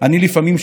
גם אנחנו חוטפים.